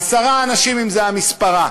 עשרה אנשים אם זה מספרה,